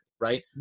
right